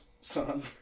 son